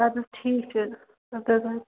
اَدٕ حظ ٹھیٖک چھُ اَدٕ حظ وۅنۍ